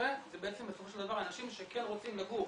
שזוכה זה בסופו של דבר אנשים שכן רוצים לגור,